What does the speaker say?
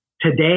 today